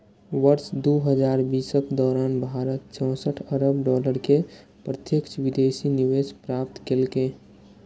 वर्ष दू हजार बीसक दौरान भारत चौंसठ अरब डॉलर के प्रत्यक्ष विदेशी निवेश प्राप्त केलकै